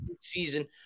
season